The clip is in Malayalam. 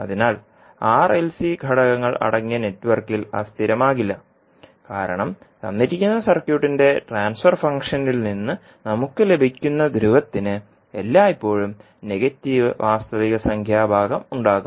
അതിനാൽ R L C R LC ഘടകങ്ങൾ അടങ്ങിയ നെറ്റ്വർക്കിൽ അസ്ഥിരമാകില്ല കാരണം തന്നിരിക്കുന്ന സർക്യൂട്ടിന്റെ ട്രാൻസ്ഫർ ഫംഗ്ഷനിൽ നിന്ന് നമുക്ക് ലഭിക്കുന്ന ധ്രുവത്തിന് എല്ലായ്പ്പോഴും നെഗറ്റീവ് വാസ്തവികസംഖ്യാ ഭാഗം ഉണ്ടാകും